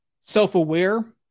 self-aware